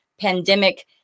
pandemic